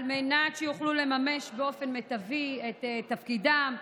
על מנת שיוכלו לממש באופן מיטבי את תפקידם,